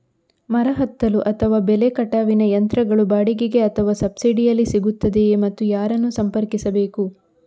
ಮರ ಹತ್ತಲು ಅಥವಾ ಬೆಲೆ ಕಟಾವಿನ ಯಂತ್ರಗಳು ಬಾಡಿಗೆಗೆ ಅಥವಾ ಸಬ್ಸಿಡಿಯಲ್ಲಿ ಸಿಗುತ್ತದೆಯೇ ಮತ್ತು ಯಾರನ್ನು ಸಂಪರ್ಕಿಸಬೇಕು?